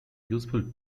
useful